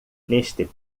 neste